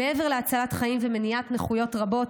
מעבר להצלת חיים ומניעת נכויות רבות,